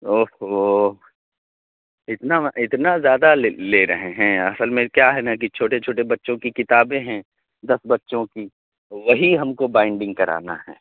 اوف اوہ اتنا ما اتنا زیادہ لے لے رہے ہیں اصل میں کیا ہے نا کہ چھوٹے چھوٹے بچوں کی کتابیں ہیں دس بچوں کی وہی ہم کو بائنڈنگ کرانا ہے